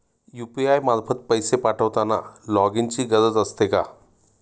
UPI मार्फत पैसे पाठवताना लॉगइनची गरज असते का?